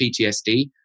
PTSD